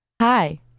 Hi